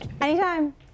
Anytime